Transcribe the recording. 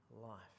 life